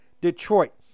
Detroit